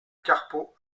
carpeaux